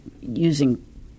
using